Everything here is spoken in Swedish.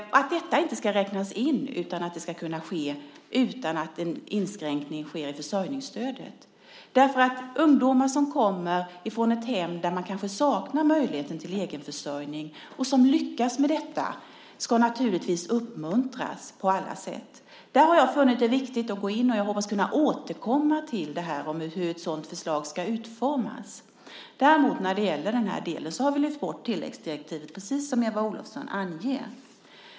Detta ska inte räknas in utan ska kunna ske utan att en inskränkning sker i försörjningsstödet. Ungdomar som kommer från ett hem där man kanske saknar möjligheten till egen försörjning och som lyckas med detta ska naturligtvis uppmuntras på alla sätt. Där har jag funnit det viktig att gå in. Och jag hoppas kunna återkomma till hur ett sådant förslag ska utformas. När det däremot gäller den här delen har vi lyft bort tilläggsdirektivet, precis som Eva Olofsson anger.